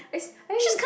it's I mean